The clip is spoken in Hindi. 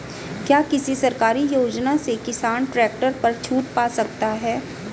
क्या किसी सरकारी योजना से किसान ट्रैक्टर पर छूट पा सकता है?